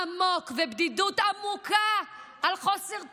עמוק, ובדידות עמוקה, על חוסר תיקון,